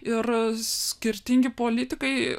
ir skirtingi politikai